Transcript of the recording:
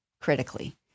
critically